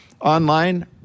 online